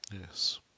yes